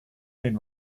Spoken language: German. den